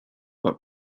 but